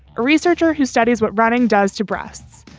a researcher who studies what running does to breasts,